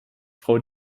frau